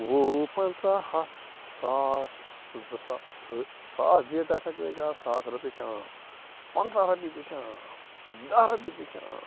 وُہ پنٛژاہ ہتھ ساس زٕ ساس ساس دِتۍ ہسا گٔیہِ ساس رۅپِیہِ چھِ عام پنٛژاہ رۅپیہِ تہِ چھِ عام دَہ رۅپِیہِ تہِ چھِ عام